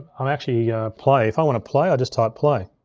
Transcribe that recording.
um actually play, if i wanna play, i just type play.